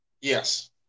Yes